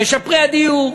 משפרי הדיור,